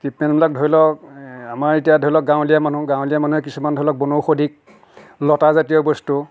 ট্ৰিটমেন্টবিলাক ধৰি লওক আমাৰ এতিয়া ধৰি লওক গাঁৱলীয়া মানুহ গাঁৱলীয়া মানুহে কিছুমান ধৰি লওক বনৌষধিক লতাজাতীয় বস্তু